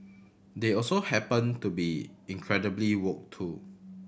they also happen to be incredibly woke too